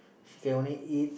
she can only eat